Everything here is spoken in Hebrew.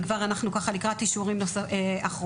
אנחנו כבר לקראת אישורים אחרונים,